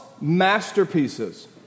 masterpieces